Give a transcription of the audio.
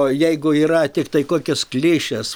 o jeigu yra tiktai kokios klišės